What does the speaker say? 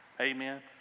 Amen